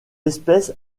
espèce